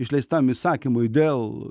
išleistam įsakymui dėl